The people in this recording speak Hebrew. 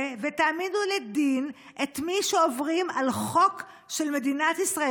ותעמידו לדין את מי שעוברים על חוק של מדינת ישראל?